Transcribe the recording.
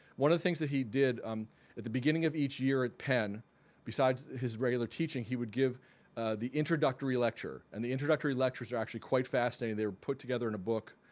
one of the things that he did um at the beginning of each year at penn besides his regular teaching, he would give the introductory lecture and the introductory lectures are actually quite fascinating. they were put together in a book